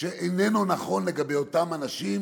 שאיננו נכון לגבי אותם אנשים